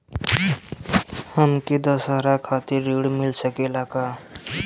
हमके दशहारा खातिर ऋण मिल सकेला का?